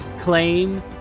claim